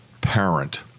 parent